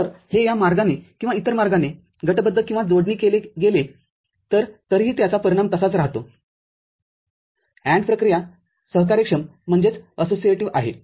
तरहे या मार्गाने किंवा इतर मार्गाने गटबद्ध किंवा जोडणी केले गेले तर तरीही त्याचा परिणाम तसाच राहतो AND प्रक्रिया सहकार्यक्षमआहे